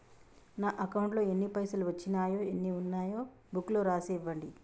నా అకౌంట్లో ఎన్ని పైసలు వచ్చినాయో ఎన్ని ఉన్నాయో బుక్ లో రాసి ఇవ్వండి?